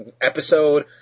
episode